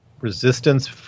resistance